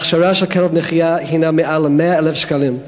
עלות ההכשרה של כלב נחייה הנה מעל 100,000 שקלים.